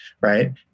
right